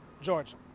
Georgia